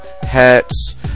hats